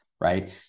right